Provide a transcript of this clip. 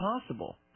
possible